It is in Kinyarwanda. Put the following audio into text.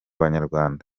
banyarwanda